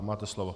Máte slovo.